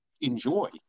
enjoy